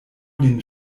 lin